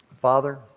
Father